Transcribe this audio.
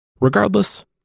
Regardless